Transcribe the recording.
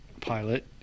pilot